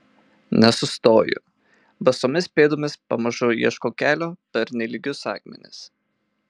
nesustoju basomis pėdomis pamažu ieškau kelio per nelygius akmenis